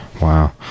Wow